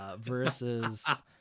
versus